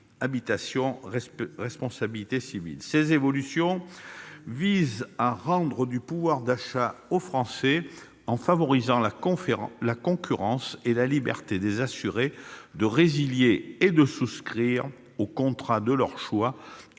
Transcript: habitation, responsabilité civile et automobile. Ces évolutions visent à rendre du pouvoir d'achat aux Français en favorisant la concurrence et la liberté des assurés de résilier et de souscrire le contrat de leur choix, correspondant au